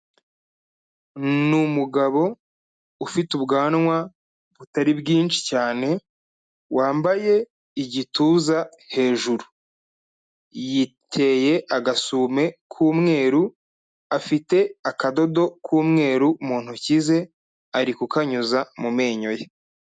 Ni umugabo ufite ubwanwa butari bwinshi cyane, wambaye igituza hejuru, yiteye agasume k'umweru, afite akadodo k'umweru mu ntoki ze, ari kukanyuza mu menyo ye.